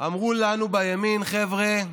אמרו לנו בימין: חבר'ה,